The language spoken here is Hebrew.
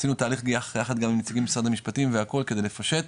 עשינו תהליך יחד גם עם נציגים ממשרד המשפטים והכל כדי לפשט,